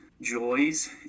joys